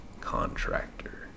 contractor